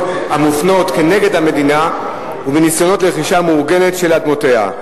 המופנות כנגד המדינה ובניסיונות לרכישה מאורגנת של אדמותיה.